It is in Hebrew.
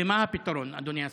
3. מה הפתרון, אדוני השר?